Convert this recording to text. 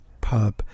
pub